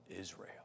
Israel